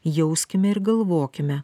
jauskime ir galvokime